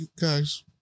guys